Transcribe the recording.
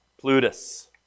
Plutus